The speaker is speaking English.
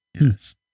Yes